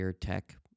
tech